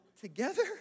together